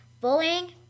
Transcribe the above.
Bullying